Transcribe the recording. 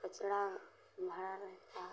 कचड़ा भरा रहता है